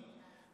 לצדק